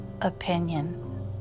opinion